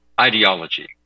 ideology